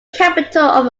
capital